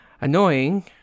Annoying